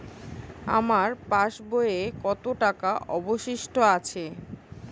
আমার পাশ বইয়ে কতো টাকা অবশিষ্ট আছে?